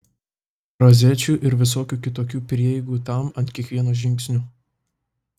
rozečių ir visokių kitokių prieigų tam ant kiekvieno žingsnio